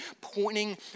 pointing